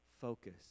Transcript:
focus